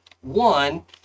one